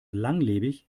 langlebig